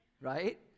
Right